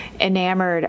enamored